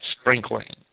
sprinkling